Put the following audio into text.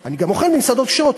אני אוכל גם במסעדות כשרות,